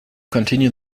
continue